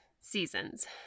seasons